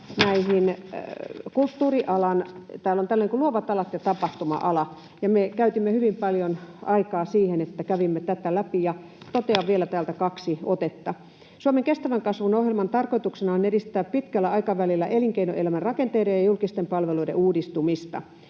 kantaa kulttuurialaan — täällä on tällainen kuin ”Luovat alat ja tapahtuma-ala” — ja me käytimme hyvin paljon aikaa siihen, että kävimme tätä läpi, ja totean vielä täältä kaksi otetta: ”Suomen kestävän kasvun ohjelman tarkoituksena on edistää pitkällä aikavälillä elinkeinoelämän rakenteiden ja julkisten palveluiden uudistumista.